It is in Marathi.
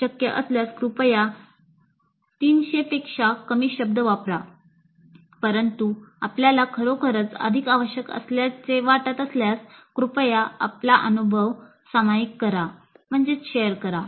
शक्य असल्यास कृपया 300 पेक्षा कमी शब्द वापरा परंतु आपल्याला खरोखरच अधिक आवश्यक असल्याचे वाटत असल्यास कृपया आपला अनुभव शेअर करा